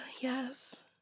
Yes